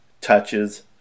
touches